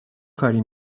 کاری